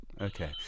Okay